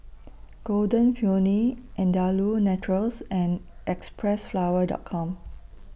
Golden Peony Andalou Naturals and Xpressflower Dot Com